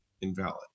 invalid